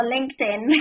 LinkedIn